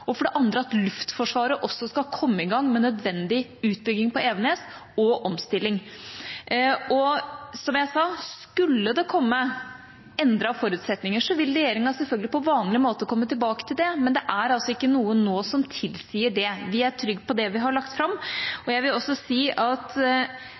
og for det andre for at Luftforsvaret også skal komme i gang med nødvendig utbygging på Evenes – og omstilling. Skulle det, som jeg sa, komme endrete forutsetninger, vil regjeringa selvfølgelig på vanlig måte komme tilbake til det, men det er altså ikke noe nå som tilsier det. Vi er trygge på det vi har lagt fram.